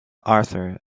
arthur